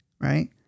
right